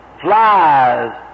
flies